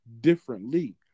differently